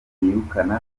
yirukana